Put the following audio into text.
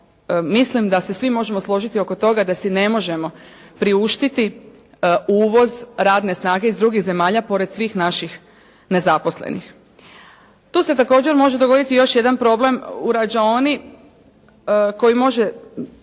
mislim da se svi možemo složiti oko toga da si ne možemo priuštiti uvoz radne snage iz drugih zemalja pored svih naših nezaposlenih. Tu se također može dogoditi još jedan problem u rađaoni koji može,